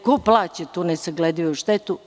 Ko plaća tu nesagledivu štetu?